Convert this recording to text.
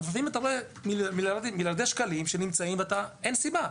לפעמים אתה רואה מיליארדי שקלים שנמצאים ואין סיבה.